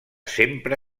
sempre